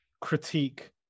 critique